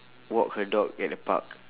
walk her dog at the park